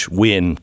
win